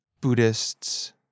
Buddhists